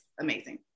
amazing